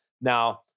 Now